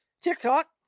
TikTok